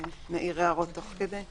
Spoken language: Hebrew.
נעיר הערות תוך כדי.